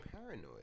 Paranoid